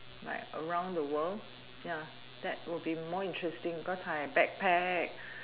like around the world ya that will be more interesting cause I backpack